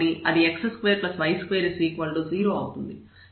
కాబట్టి అది x2y2 0 అవుతుంది